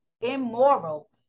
immoral